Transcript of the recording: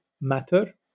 matter